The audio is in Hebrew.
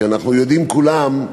כי אנחנו יודעים כולם,